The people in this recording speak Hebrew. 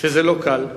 שזה לא קל.